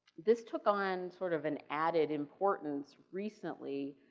this took on sort of an added importance recently.